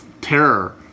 terror